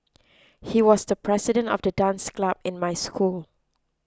he was the president of the dance club in my school